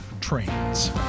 trains